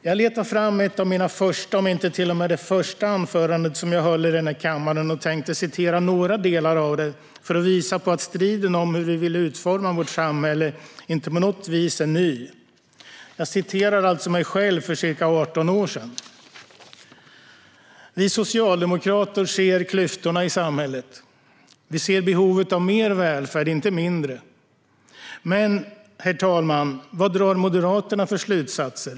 Jag letade fram ett av mina första anföranden, om inte till och med det första, som jag höll här i kammaren, och jag tänkte citera några delar av det för att visa på att striden om hur vi vill utforma vårt samhälle inte på något vis är ny. Jag citerar alltså mig själv för ca 18 år sedan. "Vi" - alltså Socialdemokraterna - "ser klyftorna i samhället. Vi ser behovet av mer välfärd, inte mindre. Men, herr talman, vad drar moderaterna för slutsatser?